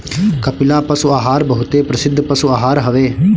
कपिला पशु आहार बहुते प्रसिद्ध पशु आहार हवे